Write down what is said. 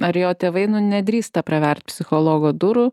ar jo tėvai nedrįsta pravert psichologo durų